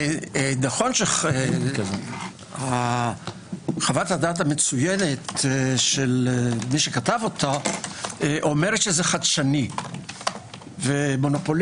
נכון שחוות הדעת המצוינת של מי שכתב אותה אומרת שזה חדשני ומונופוליסטי.